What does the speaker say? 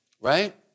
right